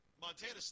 Montana –